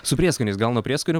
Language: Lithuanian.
su prieskoniais gauna prieskonių